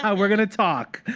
ah we're going to talk.